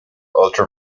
ultra